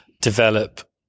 develop